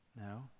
No